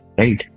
right